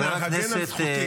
אנא הגן על זכותי.